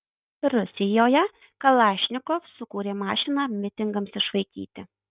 rusijoje kalašnikov sukūrė mašiną mitingams išvaikyti